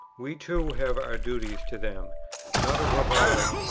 we too have our duties to them not of reviling,